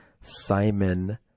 Simon